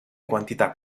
quantità